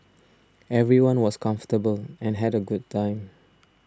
everyone was comfortable and had a good time